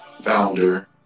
Founder